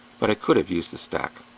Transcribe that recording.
but i could have used the stack.